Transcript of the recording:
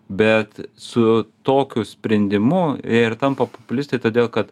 bet su tokiu sprendimu jie ir tampa populistai todėl kad